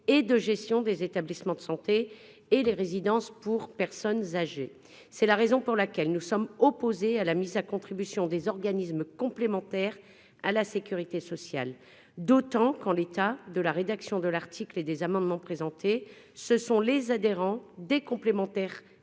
et de gestion des établissements de santé, ainsi que des résidences pour personnes âgées. C'est la raison pour laquelle nous sommes opposés à la mise à contribution des organismes complémentaires à la sécurité sociale, d'autant que, en l'état de la rédaction de l'article et des amendements proposés, ce sont les adhérents des complémentaires